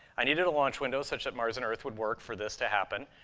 i needed a launch window such that mars and earth would work for this to happen,